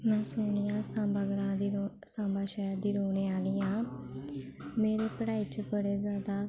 में सुने आं सांबा ग्रांऽ दी सांबा शैह्र दी रौह्ने आह्ली आं मेरी पढ़ाई च बड़े जादा